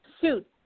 suit